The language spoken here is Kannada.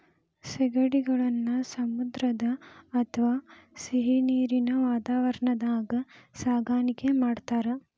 ಸೇಗಡಿಗಳನ್ನ ಸಮುದ್ರ ಅತ್ವಾ ಸಿಹಿನೇರಿನ ವಾತಾವರಣದಾಗ ಸಾಕಾಣಿಕೆ ಮಾಡ್ತಾರ